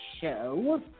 show